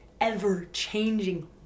ever-changing